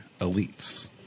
Elites